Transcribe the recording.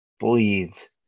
bleeds